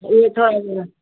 उहे ईंदा